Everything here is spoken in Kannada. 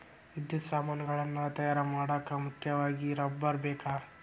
ವಿದ್ಯುತ್ ಸಾಮಾನುಗಳನ್ನ ತಯಾರ ಮಾಡಾಕ ಮುಖ್ಯವಾಗಿ ರಬ್ಬರ ಬೇಕ